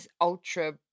ultra